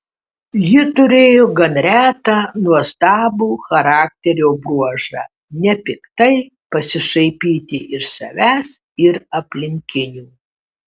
ji turėjo gan retą nuostabų charakterio bruožą nepiktai pasišaipyti iš savęs ir aplinkinių